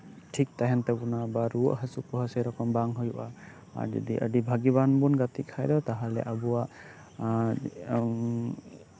ᱴᱷᱤᱠ ᱛᱟᱸᱦᱮᱱ ᱛᱟᱵᱳᱱᱟ ᱨᱩᱣᱟᱹ ᱦᱟᱹᱥᱩ ᱠᱚᱸᱦᱚᱸ ᱥᱮᱨᱚᱠᱚᱢ ᱵᱟᱝ ᱦᱩᱭᱩᱜᱼᱟ ᱟᱨ ᱡᱚᱫᱤ ᱵᱷᱟᱜᱤ ᱵᱟᱝ ᱵᱚᱱ ᱜᱟᱛᱮᱜ ᱠᱷᱟᱱ ᱫᱚ ᱛᱟᱦᱞᱮ ᱟᱵᱚᱣᱟᱜ